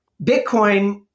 Bitcoin